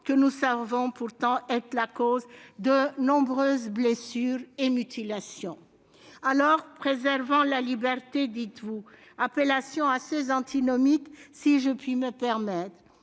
que nous savons pourtant être la cause de nombreuses blessures et mutilations. Alors, « préservant les libertés », dites-vous ? Voilà une appellation assez antinomique, si je puis me permettre